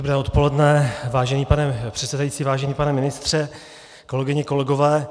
Dobré odpoledne, vážený pane předsedající, vážený pane ministře, kolegyně, kolegové.